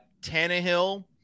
Tannehill